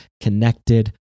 connected